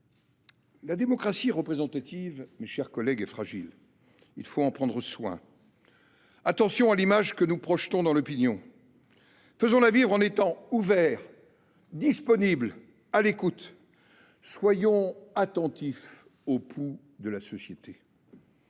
la démocratie représentative est fragile. Il faut en prendre soin. Veillons à l’image que nous projetons dans l’opinion. Faisons-la vivre en étant ouverts, disponibles et à l’écoute. Soyons attentifs au pouls de la société.